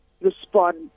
respond